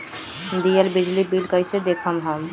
दियल बिजली बिल कइसे देखम हम?